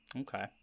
Okay